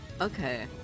Okay